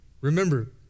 Remember